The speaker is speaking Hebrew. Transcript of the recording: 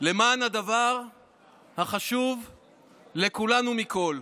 הדבר החשוב לכולנו מכול,